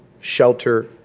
shelter